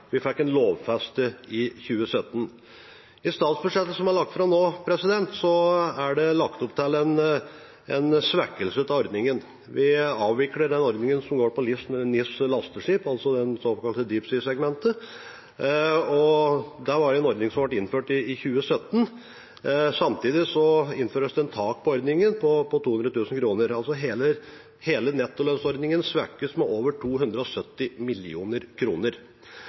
vi fikk den lovfestet i 2017. I statsbudsjettet som er lagt fram nå, er det lagt opp til en svekkelse av ordningen. Vi avvikler den ordningen som går på NIS-lasteskip, altså det såkalte deep sea-segmentet. Det var en ordning som ble innført i 2017. Samtidig innføres det et tak på ordningen på 200 000 kr. Hele nettolønnsordningen svekkes altså med 270 mill. kr. Maritim næring kaller dette for en skuffelse, og de er veldig fortvilet over